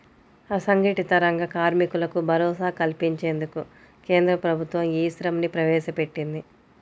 అసంఘటిత రంగ కార్మికులకు భరోసా కల్పించేందుకు కేంద్ర ప్రభుత్వం ఈ శ్రమ్ ని ప్రవేశపెట్టింది